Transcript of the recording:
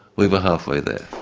we were halfway there.